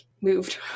moved